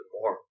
more